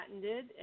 patented